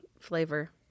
flavor